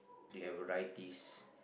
they have varieties